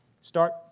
start